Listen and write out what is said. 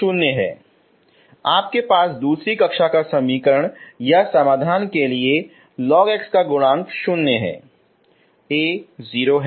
0 है आपके दूसरी कक्षा का समीकरण या समाधान के लिए log x का गुणांक 0 है A 0 है